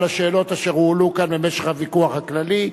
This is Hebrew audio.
השאלות אשר הועלו כאן במשך הוויכוח הכללי.